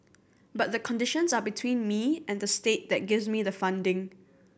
but the conditions are between me and the state that gives me the funding